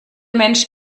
mensch